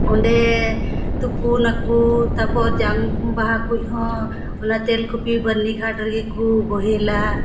ᱚᱸᱰᱮ ᱛᱩᱯᱩᱱᱟᱠᱚ ᱛᱟᱯᱚᱨ ᱡᱟᱝ ᱵᱟᱦᱟ ᱠᱚᱦᱚᱸ ᱚᱱᱟ ᱛᱮᱞ ᱠᱩᱯᱤ ᱵᱟᱹᱨᱱᱤ ᱜᱷᱟᱴ ᱨᱮᱜᱮ ᱠᱚ ᱵᱚᱦᱮᱞᱟ